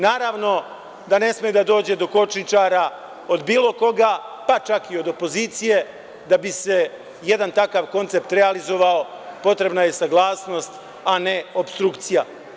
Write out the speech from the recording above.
Naravno, da ne sme da dođe do kočničara od bilo koga, pa čak i od opozicije, da bi se jedan takav koncept realizovao potreban, a ne opstrukcija.